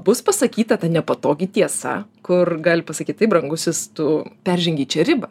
bus pasakyta ta nepatogi tiesa kur gali pasakyt taip brangusis tu peržengei ribą